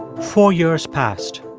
four years passed.